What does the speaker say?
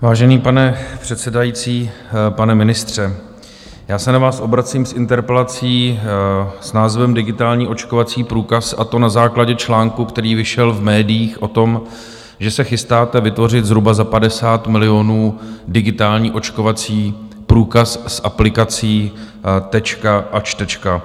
Vážený pane předsedající, pane ministře, já se na vás obracím s interpelací s názvem Digitální očkovací průkaz, a to na základě článku, který vyšel v médiích, o tom, že se chystáte vytvořit zhruba za 50 milionů digitální očkovací průkaz z aplikací Tečka a Čtečka.